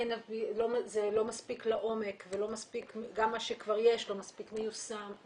זה לא מספיק לעומק וגם מה שכבר יש לא מספיק מיושם.